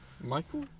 Michael